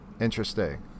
interesting